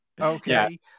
Okay